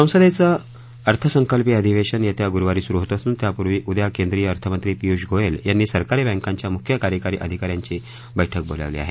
संसदेचं अर्थसंकल्पीय अधिवेशन येत्या गुरुवारी सुरु होत असून त्यापूर्वी उद्या केंद्रीय अर्थमंत्री पियुष गोयल यांनी सरकारी बँकांच्या मुख्य कार्यकारी अधिका यांची बैठक बोलावली आहे